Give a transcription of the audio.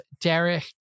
Derek